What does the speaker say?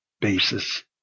basis